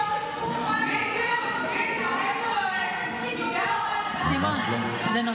מה שאתם רוצים אתם עושים פה, ממש לא, ממש לא.